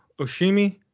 Oshimi